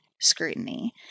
scrutiny